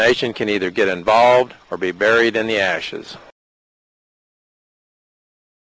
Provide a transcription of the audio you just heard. nation can either get involved or be buried in the ashes